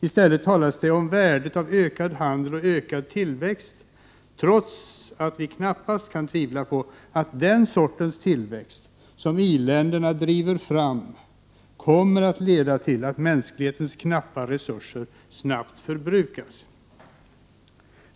I stället talas det om värdet av ökad handel och ökad tillväxt, trots att vi knappast kan tvivla på att den sortens tillväxt som i-länderna driver fram kommer att leda till att mänsklighetens knappa resurser snabbt förbrukas.